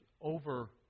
over